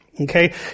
Okay